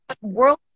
world